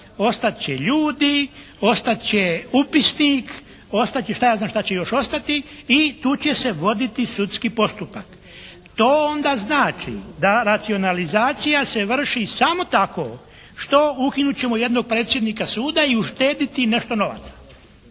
ostat će upisnik, ostat će šta ja znam šta će još ostati i tu će se voditi sudski postupak. To onda znači da racionalizacija se vrši samo tako što ukinut ćemo jednog predsjednika suda i uštediti nešto novaca.